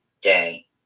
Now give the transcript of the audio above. day